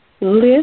live